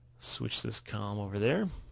switch this column over there